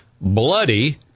bloody